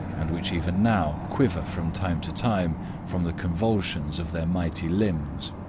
and which even now quiver from time to time from the convulsions of their mighty limbs